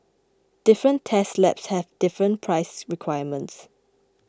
different test labs have different price requirements